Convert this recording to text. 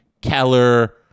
Keller